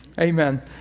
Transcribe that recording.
Amen